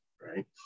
Right